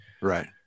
right